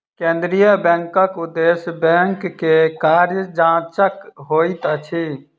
केंद्रीय बैंकक उदेश्य बैंक के कार्य जांचक होइत अछि